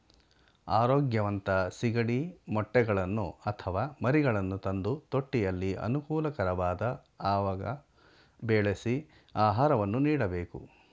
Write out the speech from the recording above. ಆರೋಗ್ಯವಂತ ಸಿಗಡಿ ಮೊಟ್ಟೆಗಳನ್ನು ಅಥವಾ ಮರಿಗಳನ್ನು ತಂದು ತೊಟ್ಟಿಯಲ್ಲಿ ಅನುಕೂಲಕರವಾದ ಅವಾಗ ಬೆಳೆಸಿ ಆಹಾರವನ್ನು ನೀಡಬೇಕು